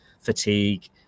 fatigue